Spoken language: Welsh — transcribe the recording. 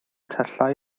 tyllau